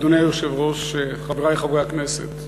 אדוני היושב-ראש, חברי חברי הכנסת,